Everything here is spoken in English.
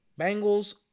Bengals